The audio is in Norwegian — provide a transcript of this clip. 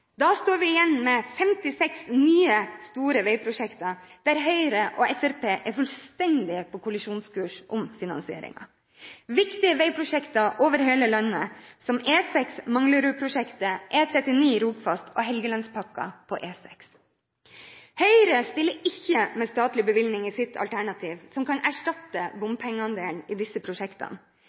Da står vi igjen med 56 nye, store veiprosjekter, der Høyre og Fremskrittspartiet er fullstendig på kollisjonskurs om finansieringen – viktige veiprosjekter over hele landet, som E6 Manglerudprosjektet, E39 Rogfast og Helgelandspakken på E6. Høyre stiller ikke med statlige bevilgninger i sitt alternativ som kan erstatte bompengeandelen i disse prosjektene.